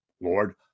Lord